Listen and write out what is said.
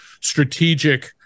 strategic